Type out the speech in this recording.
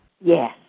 Yes